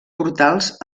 portals